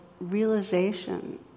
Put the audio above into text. realization